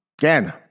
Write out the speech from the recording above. again